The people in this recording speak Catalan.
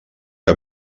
que